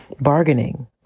Bargaining